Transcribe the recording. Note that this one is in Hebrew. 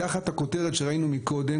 תחת הכותרת שראינו מקודם,